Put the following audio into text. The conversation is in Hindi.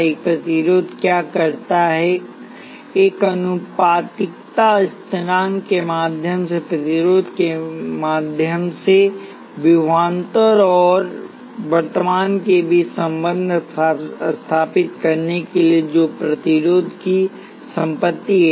एक प्रतिरोध क्या करता है एक आनुपातिकता स्थिरांक के माध्यम से प्रतिरोध के माध्यम से विभवांतर और वर्तमान के बीच संबंध स्थापित करने के लिए जो प्रतिरोध की संपत्ति है